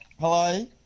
Hello